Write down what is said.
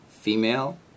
female